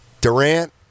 Durant